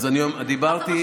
אז אדוני,